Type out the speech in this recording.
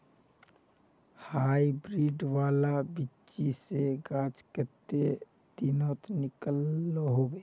Hybrid वाला बिच्ची से गाछ कते दिनोत निकलो होबे?